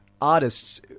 artists